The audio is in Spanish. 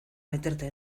meterte